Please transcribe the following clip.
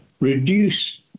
Reduce